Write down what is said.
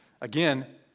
again